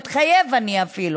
מתחייב אני, אפילו,